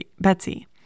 Betsy